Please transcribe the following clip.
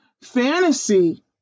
fantasy